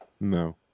no